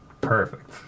perfect